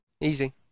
Easy